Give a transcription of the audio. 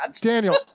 Daniel